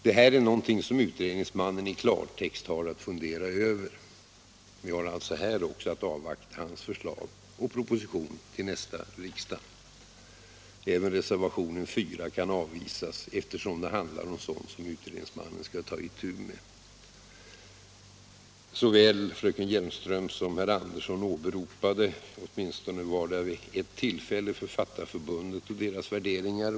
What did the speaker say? Detta är i klartext något som utredningsmannen har att fundera över. Även här har vi att avvakta hans förslag och propositionen till nästa riksmöte. Reservationerna 3 och 4 kan avvisas, eftersom de handlar om sådant som utredningsmannen skall ta itu med. Såväl fröken Hjelmström som herr Andersson i Lycksele åberopade åtmistone vid ett tillfälle Författarförbundet och dess värderingar.